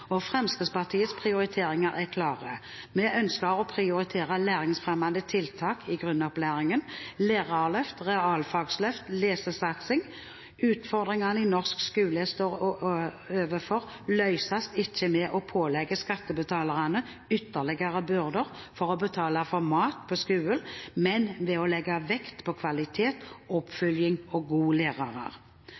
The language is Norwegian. Fremskrittspartiets prioriteringer er klare: Vi ønsker å prioritere læringsfremmende tiltak i grunnopplæringen, lærerløft, realfagsløft og lesesatsing. Utfordringene norsk skole står overfor, løses ikke ved å pålegge skattebetalerne ytterligere byrder for å betale for mat på skolen, men ved å legge vekt på kvalitet, oppfølging og gode lærere.